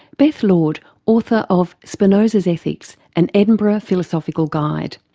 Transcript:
beth lord author of spinoza's ethics an edinburgh philosophical guide.